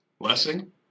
blessing